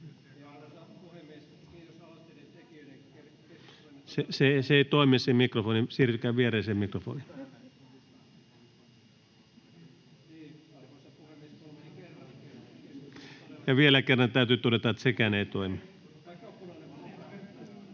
Se mikrofoni ei toimi, siirtykää viereiseen mikrofoniin. — Ja vielä kerran täytyy todeta, että sekään ei toimi.